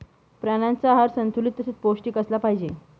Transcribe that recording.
प्राण्यांचा आहार संतुलित तसेच पौष्टिक असला पाहिजे